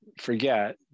forget